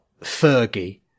Fergie